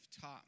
taught